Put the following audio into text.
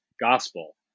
gospel